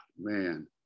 man